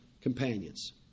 companions